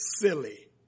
silly